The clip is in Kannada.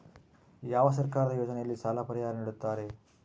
ಯಾವ ಸರ್ಕಾರದ ಯೋಜನೆಯಲ್ಲಿ ಸಾಲ ಪರಿಹಾರ ನೇಡುತ್ತಾರೆ?